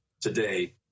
today